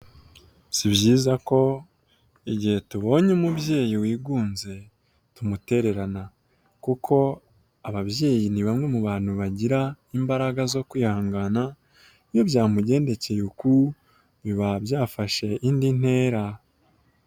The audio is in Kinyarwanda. Si byiza ko igihe tubonye umubyeyi wigunze tumutererana kuko ababyeyi ni bamwe mu bantu bagira imbaraga zo kwihangana iyo byamugendekeye uku biba byafashe indi ntera.